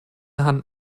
hand